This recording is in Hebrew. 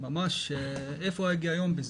איפה ההיגיון בזה?